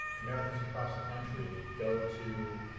americans across the country go to